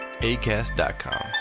ACAST.com